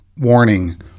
warning